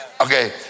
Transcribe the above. Okay